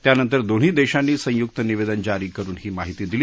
त्यानंतर दोन्ही देशांनी संयुक्त निवेदन जारी करून ही माहिती दिली